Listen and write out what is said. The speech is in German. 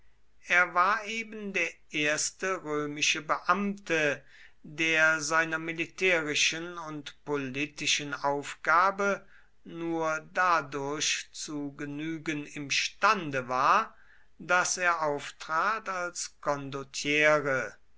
er war eben der erste römische beamte der seiner militärischen und politischen aufgabe nur dadurch zu genügen imstande war daß er auftrat als condottiere